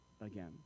again